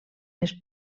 les